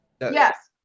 Yes